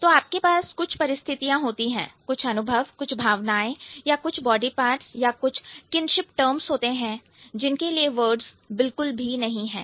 तो आपके पास कुछ परिस्थितियां होती हैं कुछ अनुभव कुछ भावनाएं या कुछ बॉडी पार्ट्स या कुछ किनशिप टर्म्स होते हैं जिनके लिए वर्ड्स बिल्कुल भी नहीं है